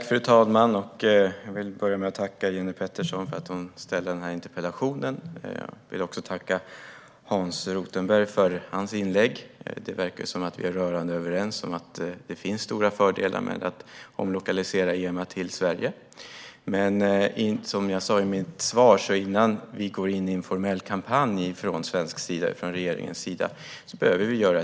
Fru talman! Jag vill börja med att tacka Jenny Petersson för interpellationen och Hans Rothenberg för hans inlägg. Vi verkar vara rörande överens om att det finns stora fördelar med att omlokalisera EMA till Sverige. Som jag sa i mitt svar behöver vi göra ett grundligt analysarbete innan regeringen går in i en formell kampanj.